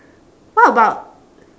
what about